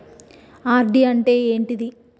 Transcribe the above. RD అంటే ఏంటిది?